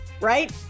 right